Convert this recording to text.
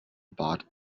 bought